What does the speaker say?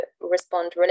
respond